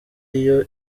iyo